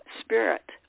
spirit